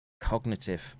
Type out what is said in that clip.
Cognitive